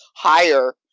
Higher